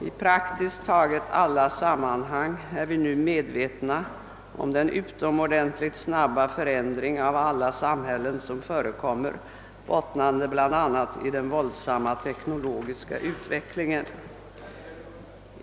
I praktiskt taget alla sammanhang är vi nu medvetna om den utomordentligt snabba förändring av alla samhällen som förekommer, bottnande bl.a. i den våldsamma teknologiska utvecklingen.